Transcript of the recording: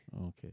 Okay